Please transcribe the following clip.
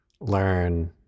learn